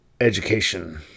education